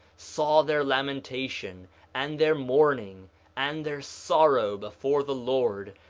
saw their lamentation and their mourning and their sorrow before the lord,